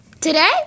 Today